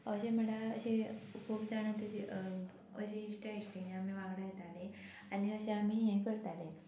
अशें म्हणल्यार अशें खूब जाणां तुजी म्हजीं इश्टां इश्टीणी आमी वांगडा येतालीं आनी अशें आमी हें करताले